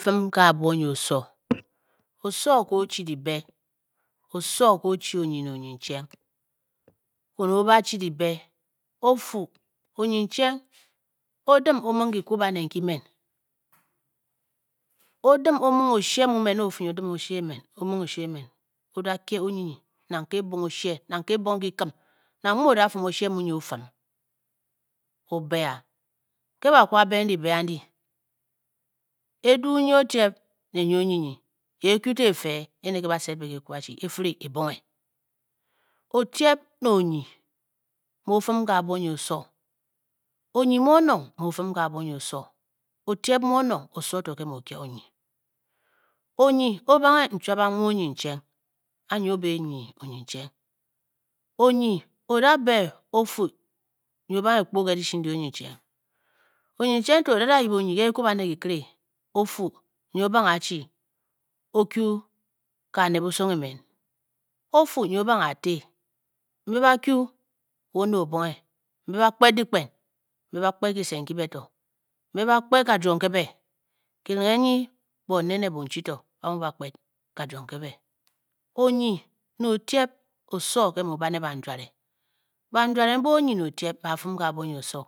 Kyi-fin m ke abwo nyi osowo. Osowo nke o-chi dyibe osowo nke o-chi onyinyi ne onyinchang, ne o-bachi dyibe ofu, onyinchang o-dim o-ming kyiku banet nki men. o-dim o-ming oshe mu men, o fu nyi o dim oshe emen, o ming oshe emen, o da kie onyinyi na ke ebong oshe nang ke ebong kikim nang mu o da fum oshe mu nyi o fim o be a, ke e ba kwu ba beng dyibe andi, edu nyi otyep ne nyi onyinyi ekyu to efe Ene nke ba|set be ke ekwabashi, e-firi ebong, otyep ne onyi mu o-fim m ke abwo ngi osowo. Onyi mu onong mu o-fim m ke abwo nyi osowo, otyep mu onong, osowo to nke mu o-kya onet. Onyi o-bange, Nchwabang mu onyincheng Anyi i o-be e ba nyii onyincheng onyi odabe o-fu, nyi o-ba nghe ekpu ke dyishi ndyi onyincheng. Onyincheng to oda da yip onyinyi ke kyiku banet kyikire o-fu nyi o bangh a-chi i kaa ned busong emen. o fu nyi o-ba ng a eti, mbe ba bakyu wa oned obonghe-, mbe ba kped dikpen, mbe ba kped kise nki be to, mbe ba kped ka joo nke be to, kirenghe bone ne bonchi ba mu ba-kped kajoo nke be Banjwere mbe onyi ne otyep mbe ba- fim m nke a bwo nyi osowo.